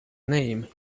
name